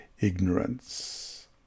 ignorance